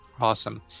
Awesome